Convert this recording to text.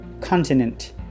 continent